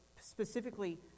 specifically